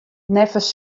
neffens